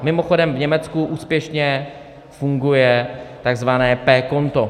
Mimochodem v Německu úspěšně funguje tzv. PKonto.